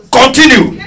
continue